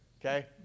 Okay